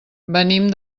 venim